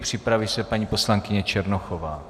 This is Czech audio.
Připraví se paní poslankyně Černochová.